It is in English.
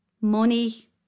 money